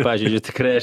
pavyzdžiui tikrai aš